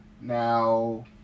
now